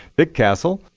dick castle,